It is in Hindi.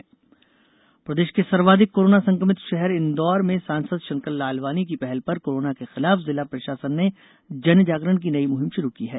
कोरोना जागरुकता प्रदेश के सर्वाधिक कोरोना संक्रमित शहर इंदौर में सांसद शंकर लालवानी की पहल पर कोरोना के खिलाफ जिला प्रशासन ने जन जागरण की नई मुहिम शुरू की है